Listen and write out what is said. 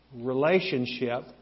relationship